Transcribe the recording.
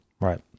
Right